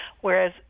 whereas